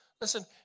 Listen